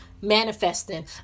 manifesting